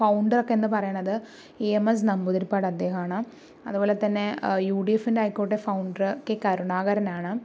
founder ഒക്കെ എന്ന് പറയുന്നത് ഇ എം എസ് നമ്പൂതിരിപ്പാട് അദ്ദേഹം ആണ് അതുപോലെത്തന്നെ യുഡിഎഫിൻറെ ആയിക്കോട്ടെ ഫൗണ്ടർ കെ കരുണാകരനാണ്